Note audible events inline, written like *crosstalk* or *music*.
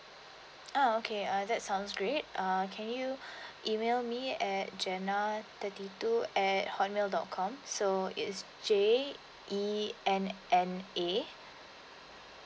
ah okay uh that sounds great uh can you *breath* email me at jenna thirty two at hotmail dot com so it's j e n n a